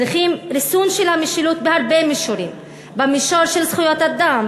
צריכים ריסון של המשילות בהרבה מישורים: במישור של זכויות אדם,